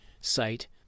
site